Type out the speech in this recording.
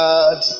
God